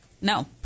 no